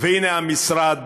והנה המשרד.